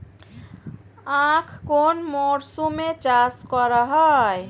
আখ কোন মরশুমে চাষ করা হয়?